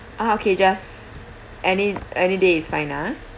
ah okay just any any date is fine lah ah